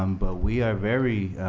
um but we are very